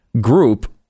group